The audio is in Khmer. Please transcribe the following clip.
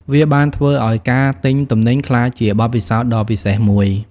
វាបានធ្វើឱ្យការទិញទំនិញក្លាយជាបទពិសោធន៍ដ៏ពិសេសមួយ។